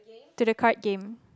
to the card game